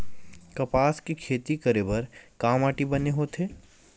कपास के खेती करे बर का माटी बने होथे?